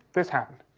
this happened.